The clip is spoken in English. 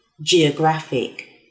geographic